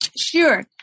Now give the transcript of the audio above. Sure